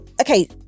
okay